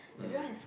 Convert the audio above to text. everyone is